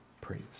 praise